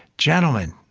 gentlemen,